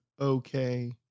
okay